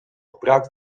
gebruikt